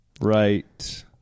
Right